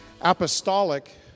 Apostolic